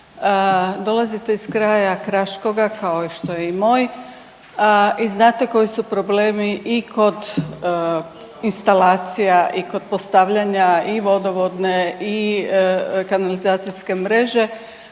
Dolazite iz kraja kraškoga kao što je i moj, a i znate koji su problemi i kod instalacija i kod postavljanja i vodovodne i kanalizacijske mreže,